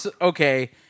Okay